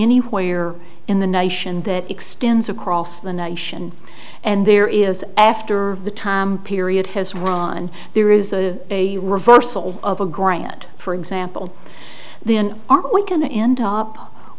anywhere in the nation that extends across the nation and there is after the time period has run there is a reversal of a grant for example the n r one can end up